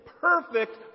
perfect